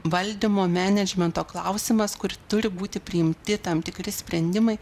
valdymo menedžmento klausimas kur turi būti priimti tam tikri sprendimai